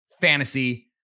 fantasy